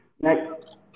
Next